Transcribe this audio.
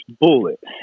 bullet